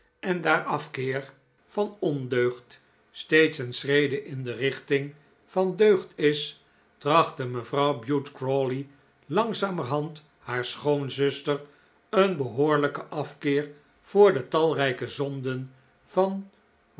en daar afkeer van ondeugd steeds een schrede in de richting van deugd is trachtte mevrouw bute crawley langzamerhand haar schoonzuster een behoorlijken afkeer voor de talrijke zonden van